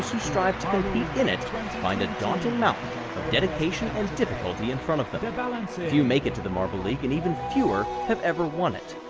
who strive to compete in it find a daunting mountain of dedication and difficulty in front of them. but and um and so few make it to the marble league, and even fewer have ever won it.